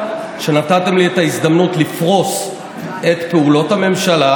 שנתתם לי את ההזדמנות לפרוס את פעולות הממשלה,